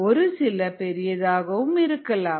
ஒரு சில பெரியதாகவும் இருக்கலாம்